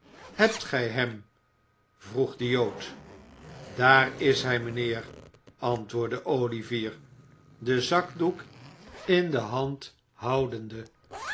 hebt gij hem vroeg de jood daar is hij mijnheer antwoordde olivier den zakdoek in de hand houdende